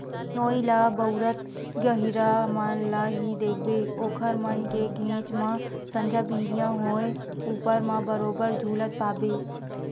नोई ल बउरत गहिरा मन ल ही देखबे ओखर मन के घेंच म संझा बिहनियां होय ऊपर म बरोबर झुलत पाबे